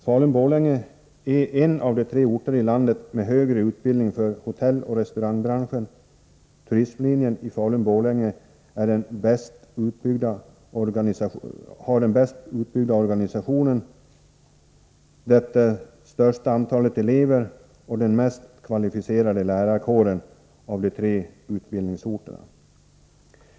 Falun-Borlänge är en av tre orter i landet med högre utbildning för hotelloch resturangbranschen. Turismlinjen i Falun-Borlänge har den bäst utbyggda organisationen, det största antalet elever och den mest kvalificerade lärarkåren av de tre utbildningsorterna.